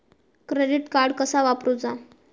Credit card कसा वापरूचा?